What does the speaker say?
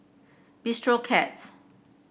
Bistro Cat